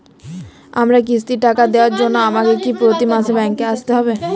আমার কিস্তির টাকা দেওয়ার জন্য আমাকে কি প্রতি মাসে ব্যাংক আসতে হব?